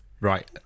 right